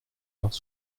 heures